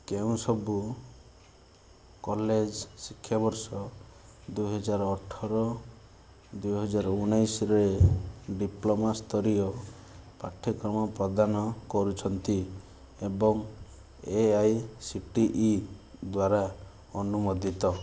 କେଉଁ ସବୁ କଲେଜ୍ ଶିକ୍ଷାବର୍ଷ ଦୁଇହଜାର ଅଠର ଦୁଇହଜାର ଉଣେଇଶିରେ ଡିପ୍ଲୋମା ସ୍ତରୀୟ ପାଠ୍ୟକ୍ରମ ପ୍ରଦାନ କରୁଛନ୍ତି ଏବଂ A I C T E ଦ୍ୱାରା ଅନୁମୋଦିତ